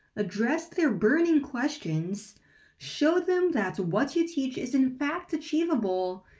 address their burning questions show them that what you teach is in fact achievable,